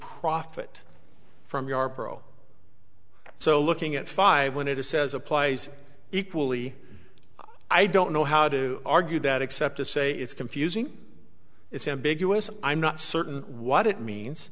profit from your pro so looking at five when it is says applies equally i don't know how to argue that except to say it's confusing it's ambiguous i'm not certain what it means